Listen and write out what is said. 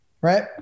right